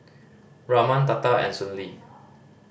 Raman Tata and Sunil